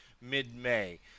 mid-May